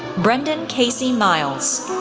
brendan casey miles,